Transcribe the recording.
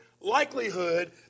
likelihood